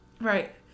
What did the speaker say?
Right